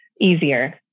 easier